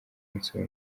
munsi